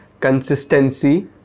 consistency